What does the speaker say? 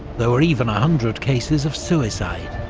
there were even a hundred cases of suicide.